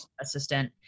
assistant